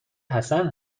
حسن